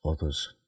others